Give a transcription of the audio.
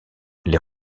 les